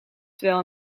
terwijl